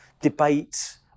debate